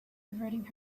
averting